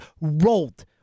rolled